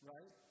Right